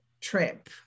trip